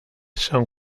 san